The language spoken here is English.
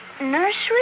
Nursery